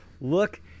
look